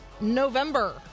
November